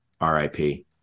RIP